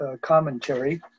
commentary